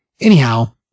Anyhow